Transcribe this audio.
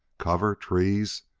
cover? trees?